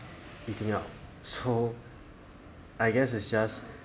eating out so I guess it's just